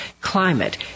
climate